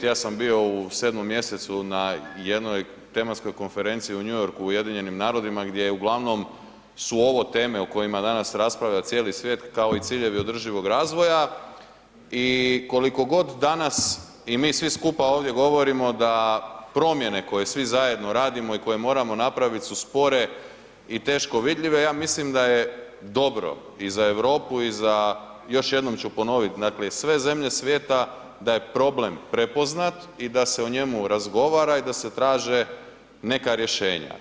Ja sam bio u 7. mjesecu na jednoj tematskoj konferenciji u New Yorku u UN-u gdje uglavnom su ovo teme o kojima danas raspravlja cijeli svijet kao i ciljevi održivog razvoja i koliko god danas i mi svi skupa ovdje govorimo da promjene koje svi zajedno radimo i koje moramo napraviti su spore i teško vidljive, ja mislim da je dobro i za Europu i za, još jednom ću ponovit dakle i sve zemlje svijeta, da je problem prepoznat i da se o njemu razgovara i da se traže neka rješenja.